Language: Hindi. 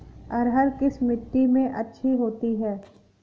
अरहर किस मिट्टी में अच्छी होती है?